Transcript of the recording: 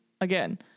Again